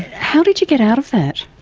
how did you get out of that?